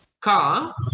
car